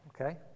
Okay